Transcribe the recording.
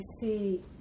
see